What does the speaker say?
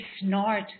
snort